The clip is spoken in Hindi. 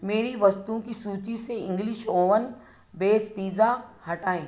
मेरी वस्तुओं की सूची से इंग्लिश ओवन बेस पीज़ा हटाएँ